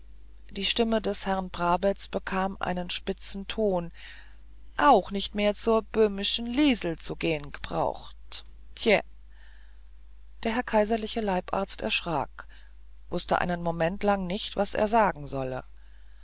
die stimme des herrn brabetz bekam einen spitzigen ton auch nicht mehr zur bähmischen liesel zu gehen gebraucht tje der herr kaiserliche leibarzt erschrak wußte einen moment lang nicht was er sagen solle